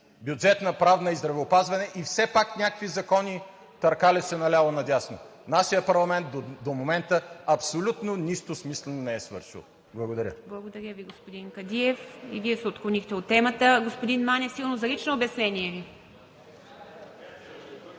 Бюджетна, Правна и Здравеопазване, и все пак някакви закони търкаляше наляво-надясно. Нашият парламент до момента абсолютно нищо смислено не е свършил. Благодаря. ПРЕДСЕДАТЕЛ ИВА МИТЕВА: Благодаря Ви, господин Кадиев. И Вие се отклонихте от темата. Господин Манев – за лично обяснение.